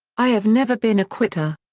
i have never been a quitter.